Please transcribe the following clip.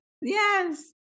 Yes